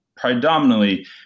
Predominantly